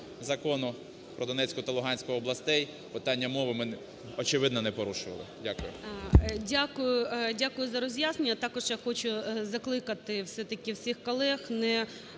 Закону про Донецьку та Луганську областей питання мови ми очевидно не порушували. Дякую.